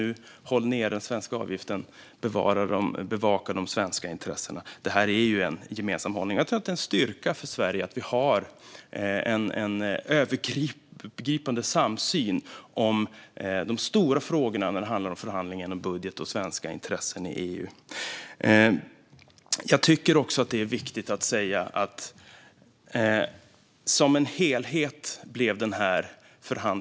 Att hålla nere den svenska avgiften och bevaka de svenska intressena är en gemensam hållning, och jag tror att det är en styrka för Sverige att vi har en övergripande samsyn om de stora frågorna när det gäller förhandlingar om budget och svenska intressen i EU. Jag tycker också att det är viktigt att säga att den här förhandlingen blev bra som helhet.